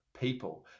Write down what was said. people